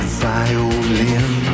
violin